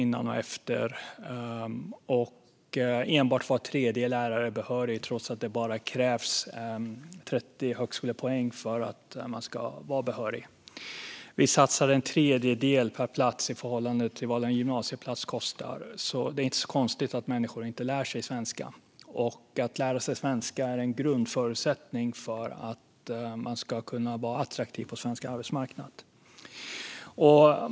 Inte heller sker några prov efter utbildningen. Trots att det bara krävs 30 högskolepoäng för att man ska vara behörig är det enbart var tredje lärare som är det. Vi satsar en tredjedel så mycket per plats jämfört med vad en gymnasieplats kostar, så det är inte så konstigt att människor inte lär sig svenska. Att lära sig svenska är en grundförutsättning för att man ska kunna vara attraktiv på svensk arbetsmarknad.